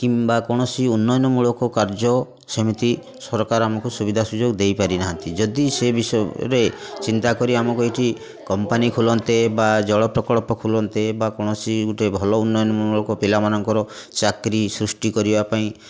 କିମ୍ବା କୌଣସି ଉନ୍ନୟନମୂଳକ କାର୍ଯ୍ୟ ସେମିତି ସରକାର ଆମକୁ ସୁବିଧା ସୁଯୋଗ ଦେଇପାରିନାହାଁନ୍ତି ଯଦି ସେ ବିଷୟରେ ଚିନ୍ତା କରି ଆମକୁ ଏଇଠି କମ୍ପାନୀ ଖୋଲନ୍ତେ ବା ଜଳ ପ୍ରକଳ୍ପ ଖୋଲନ୍ତେ ବା କୌଣସି ଗୋଟେ ଭଲ ଉନ୍ନୟନମୂଳକ ପିଲାମାନଙ୍କର ଚାକିରି ସୃଷ୍ଟି କରିବା ପାଇଁ